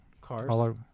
cars